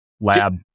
lab